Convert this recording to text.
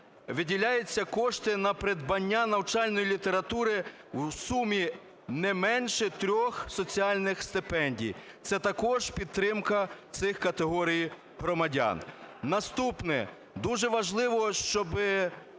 виділяються кошти на придбання навчальної літератури в сумі не менше трьох соціальних стипендій. Це також підтримка цих категорій громадян. Наступне. Дуже важливо, щоби